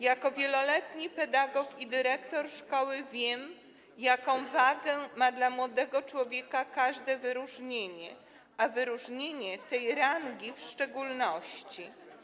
Jako wieloletni pedagog i dyrektor szkoły wiem, jaką wagę ma dla młodego człowieka każde wyróżnienie, a wyróżnienie tej rangi w szczególności.